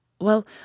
Well